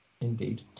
Indeed